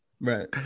right